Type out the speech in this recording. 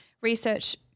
research